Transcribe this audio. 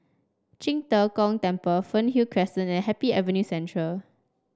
Qing De Gong Temple Fernhill Crescent and Happy Avenue Central